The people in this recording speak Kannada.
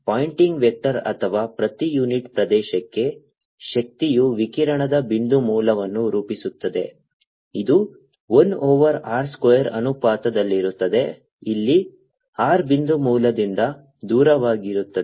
ಆದ್ದರಿಂದ ಪಾಯಿಂಟಿಂಗ್ ವೆಕ್ಟರ್ ಅಥವಾ ಪ್ರತಿ ಯೂನಿಟ್ ಪ್ರದೇಶಕ್ಕೆ ಶಕ್ತಿಯು ವಿಕಿರಣದ ಬಿಂದು ಮೂಲವನ್ನು ರೂಪಿಸುತ್ತದೆ ಇದು 1 ಓವರ್ r ಸ್ಕ್ವೇರ್ ಅನುಪಾತದಲ್ಲಿರುತ್ತದೆ ಇಲ್ಲಿ r ಬಿಂದು ಮೂಲದಿಂದ ದೂರವಾಗಿರುತ್ತದೆ